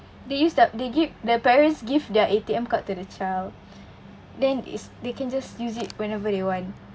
they use their they give their parents give their A_T_M card to their child then is they can just use it whenever they want